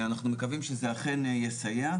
אנחנו מקווים שזה אכן יסייע.